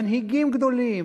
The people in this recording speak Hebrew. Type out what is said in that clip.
מנהיגים גדולים,